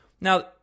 Now